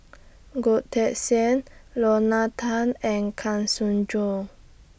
Goh Teck Sian Lorna Tan and Kang Siong Joo